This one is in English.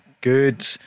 good